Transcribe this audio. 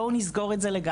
בואו נסגור את זה לגמרי.